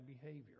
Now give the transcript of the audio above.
behavior